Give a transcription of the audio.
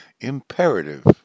imperative